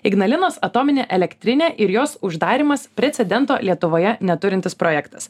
ignalinos atominė elektrinė ir jos uždarymas precedento lietuvoje neturintis projektas